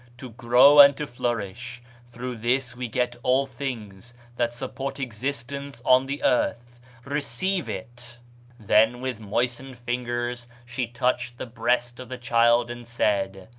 to grow and to flourish through this we get all things that support existence on the earth receive it then with moistened fingers she touched the breast of the child, and said,